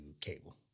cable